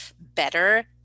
better